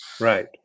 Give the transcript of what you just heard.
right